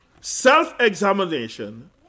Self-examination